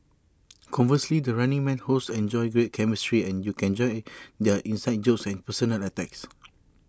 conversely the running man hosts enjoy great chemistry and you can enjoy their inside jokes and personal attacks